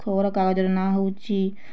ଖବର କାଗଜ ର ନାଁ ହଉଛି